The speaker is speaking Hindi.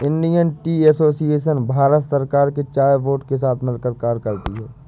इंडियन टी एसोसिएशन भारत सरकार के चाय बोर्ड के साथ मिलकर कार्य करती है